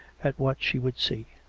at what she would see.